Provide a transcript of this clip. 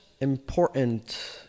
important